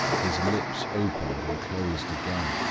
his lips opened and closed again.